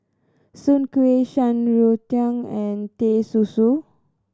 Soon Kuih Shan Rui Tang and Teh Susu